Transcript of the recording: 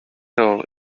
role